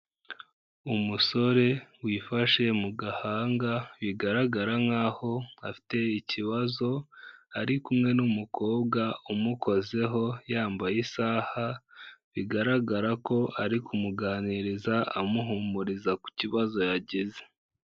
Umusore wifashe mu gahanga bigaragara nk'aho afite ikibazo, ari kumwe n'umukobwa umukozeho yambaye isaha bigaragara ko ari kumuganiriza amuhumuriza ku kibazo yagize.